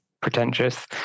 pretentious